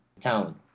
town